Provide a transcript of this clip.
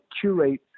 curate